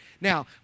Now